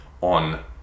on